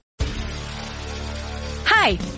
Hi